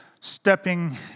stepping